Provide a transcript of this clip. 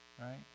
right